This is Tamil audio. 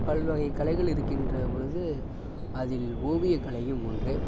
பல்வகை கலைகள் இருக்கின்ற பொழுது அதில் ஓவியக்கலையும் ஒன்று